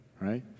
right